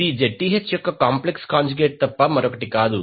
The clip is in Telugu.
ఇది Zth యొక్క కాంప్లెక్స్ కాంజుగేట్ తప్ప మరొకటి కాదు